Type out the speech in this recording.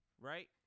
right